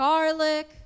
Garlic